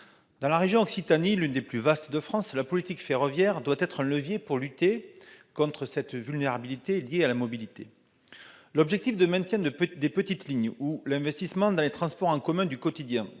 Dans la région Occitanie, l'une des plus vastes de France, la politique ferroviaire doit être un levier pour lutter contre la vulnérabilité liée à la mobilité. Le maintien des petites lignes et l'investissement dans les transports en commun du quotidien